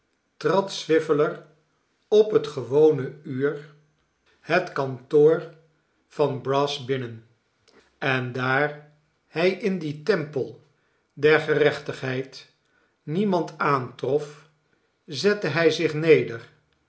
trad swiveller op het gewone uur het nelly kantoor van brass binnen en daar hij in dien tempel der gerechtigheid niemand aantrof zette hij zich neder